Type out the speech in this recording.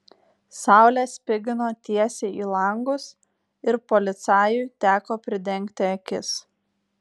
saulė spigino tiesiai į langus ir policajui teko pridengti akis